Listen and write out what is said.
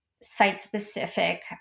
site-specific